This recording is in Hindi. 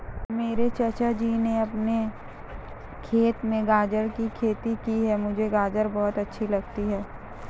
मेरे चाचा जी ने अपने खेत में गाजर की खेती की है मुझे गाजर बहुत अच्छी लगती है